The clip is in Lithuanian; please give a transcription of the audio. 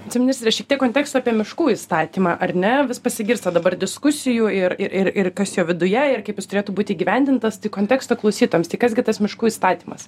viceministre šiek tiek konteksto apie miškų įstatymą ar ne vis pasigirsta dabar diskusijų ir ir ir ir kas jo viduje ir kaip jis turėtų būti įgyvendintas tai konteksto klausytojams tai kas gi tas miškų įstatymas